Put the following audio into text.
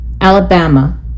Alabama